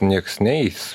nieks neis